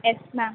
yes ma'am